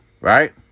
right